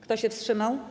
Kto się wstrzymał?